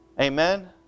Amen